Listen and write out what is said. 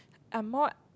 I'm more